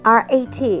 rat